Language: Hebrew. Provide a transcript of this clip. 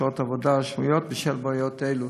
שעות העבודה השבועיות בשל בעיות אלו.